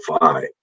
five